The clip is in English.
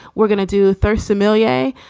we're gonna do third somalia.